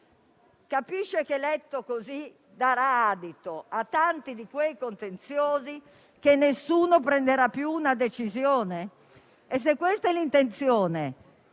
di questo tipo darà adito a tanti di quei contenziosi che nessuno prenderà più una decisione? E, se questa è l'intenzione,